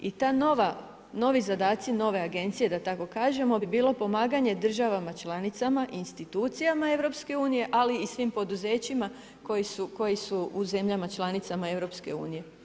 I ta novi zadaci, nove agencije, da tako kažemo, bi bilo pomaganje državama članicama i institucijama EU ali i svim poduzećima koje su u zemljama članica EU.